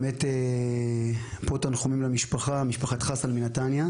מפה תנחומים למשפחת חסן מנתניה,